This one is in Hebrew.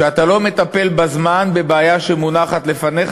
כשאתה לא מטפל בזמן בבעיה שמונחת לפניך,